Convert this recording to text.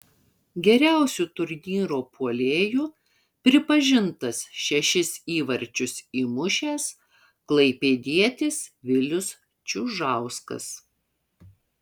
geriausiu turnyro puolėju pripažintas šešis įvarčius įmušęs klaipėdietis vilius čiužauskas